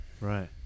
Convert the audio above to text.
right